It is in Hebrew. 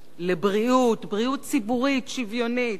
לבריאות, בריאות ציבורית שוויונית,